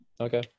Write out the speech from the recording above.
Okay